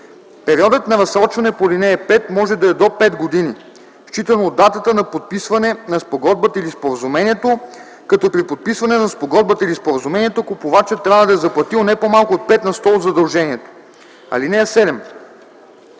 Периодът на разсрочване по ал. 5 може да е до 5 години, считано от датата на подписване на спогодбата или споразумението, като при подписване на спогодбата или споразумението купувачът трябва да е заплатил не по-малко от 5 на сто от задължението. (7)